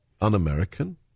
un-American